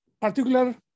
particular